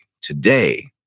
Today